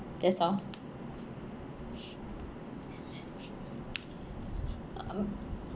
that's all